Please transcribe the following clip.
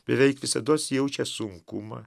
beveik visados jaučia sunkumą